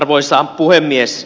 arvoisa puhemies